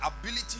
ability